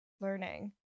learning